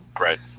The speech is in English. Right